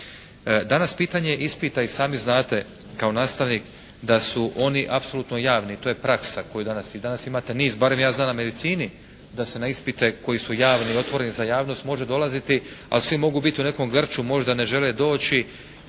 Danas pitanje ispita i sami znate kao nastavnik da su oni apsolutno javni. To je praksa koju danas, vi danas imate niz, barem ja znam na medicini da se na ispite koji su javni i otvoreni za javnost može dolaziti ali svi mogu biti u nekom grču možda ne žele doći.